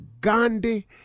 Gandhi